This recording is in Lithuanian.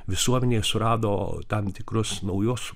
visuomenė surado tam tikrus naujos